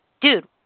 Dude